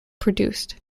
produced